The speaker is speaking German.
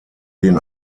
denen